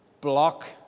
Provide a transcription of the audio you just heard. Block